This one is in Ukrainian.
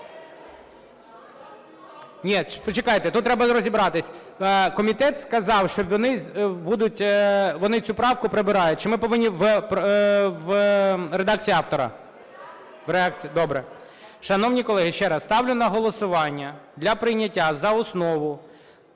Ні, почекайте, тут треба розібратися, комітет сказав, що вони цю правку прибирають. Чи ми повинні в редакції автора? В редакції, добре. Шановні колеги, ще раз, ставлю на голосування для прийняття за основу